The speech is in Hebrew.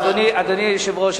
אדוני היושב-ראש,